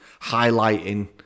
highlighting